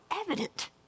evident